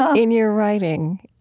ah in your writing.